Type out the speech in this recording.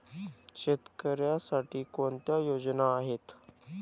शेतकऱ्यांसाठी कोणत्या योजना आहेत?